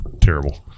terrible